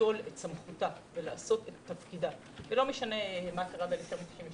ליטול את סמכותה ולעשות את תפקידה לא משנה מה קרה ב-1992.